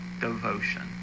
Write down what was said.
devotion